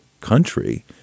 country